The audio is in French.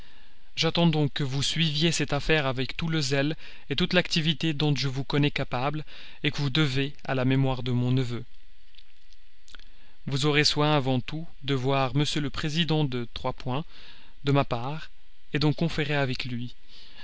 j'attends donc de vous que vous suiviez cette affaire avec tout le zèle toute l'activité dont je vous connais capable que vous devez à la mémoire de mon neveu vous aurez soin avant tout de voir m le président de de ma part d'en conférer avec lui